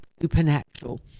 supernatural